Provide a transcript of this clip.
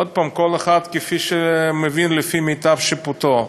עוד פעם, כל אחד כפי שמבין, לפי מיטב שיפוטו.